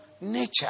nature